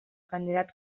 candidat